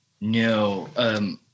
no